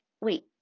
wait